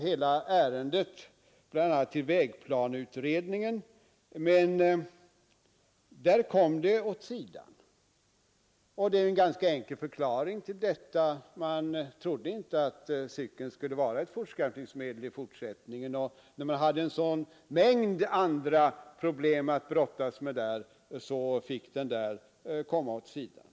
Hela ärendet hänvisades till vägplaneutredningen, och där blev det skjutet åt sidan. Förklaringen till det är ganska enkel. I utredningen trodde man inte att cykeln skulle bli något fortskaffningsmedel att räkna med i fortsättningen, och när utredningen då hade en så stor mängd andra problem att brottas med blev cykelfrågan lagd åt sidan.